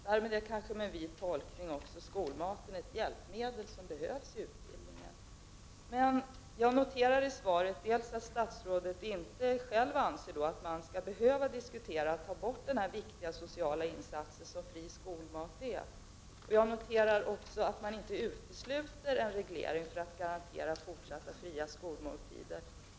Därmed är kanske, med en vid tolkning, skolmaten ett hjälpmedel som behövs i utbildningen. Jag noterar att statsrådet i svaret inte själv anser att man skall behöva diskutera en borttagning av den viktiga sociala insatsen som fri skolmat utgör. Jag noterar också att en reglering för att garantera fortsatta fria skolmåltider inte utesluts.